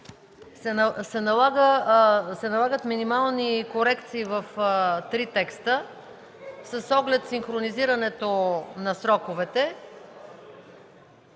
се налагат минимални корекции в три текста с оглед синхронизирането на сроковете.